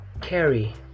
carry